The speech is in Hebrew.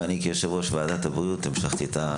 ואני כיושב-ראש ועדת הבריאות המשכתי.